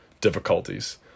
difficulties